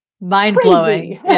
Mind-blowing